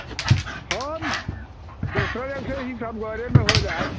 हँ दोसरेसँ ही सब घरेमे हो जाइत